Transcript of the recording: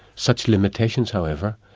such limitations however,